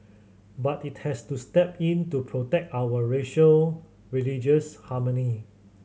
but it has to step in to protect our racial religious harmony